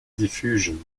diffusion